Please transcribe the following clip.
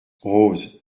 rose